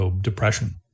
depression